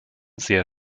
sehr